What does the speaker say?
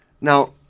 Now